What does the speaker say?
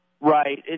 Right